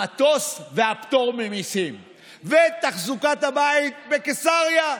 המטוס, הפטור ממיסים ותחזוקת הבית בקיסריה.